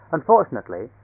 Unfortunately